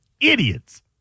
Idiots